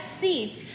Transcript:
seats